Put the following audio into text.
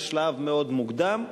בשלב מאוד מוקדם,